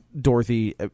dorothy